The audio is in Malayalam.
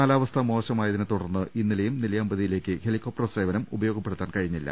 കാലാവസ്ഥ മോശമായതിനത്തുടർന്ന് ഇന്ന ലെയും നെല്ലിയാമ്പതിയിലേക്ക് ഹെലികോപ്ടർ സേവനം ഉപയോഗപ്പെടുത്താൻ കഴിഞ്ഞില്ല